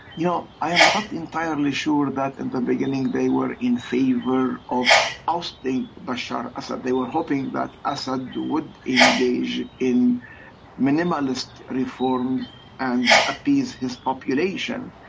you know, i am not entirely sure that in the beginning they were in favour of ousting bashar assad. they were hoping that assad would engage in minimalist reforms and appease his population.